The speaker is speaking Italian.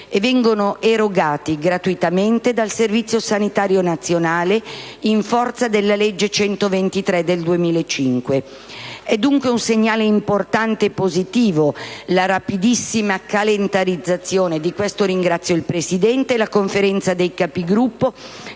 e vengono erogati gratuitamente dal Servizio sanitario nazionale in forza della legge n. 123 del 2005. È dunque un segnale importante e positivo la rapidissima calendarizzazione di questa mozione - di questo ringrazio il Presidente e la Conferenza dei Capigruppo